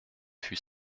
fut